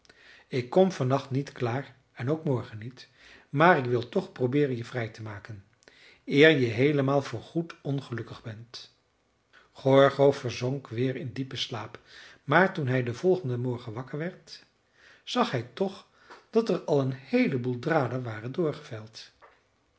ik kom van nacht niet klaar en ook morgen niet maar ik wil toch probeeren je vrij te maken eer je heelemaal voor goed ongelukkig ben gorgo verzonk weer in diepen slaap maar toen hij den volgenden morgen wakker werd zag hij toch dat er al een heeleboel draden waren doorgevijld